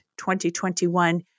2021